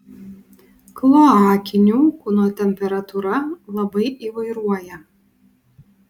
kloakinių kūno temperatūra labai įvairuoja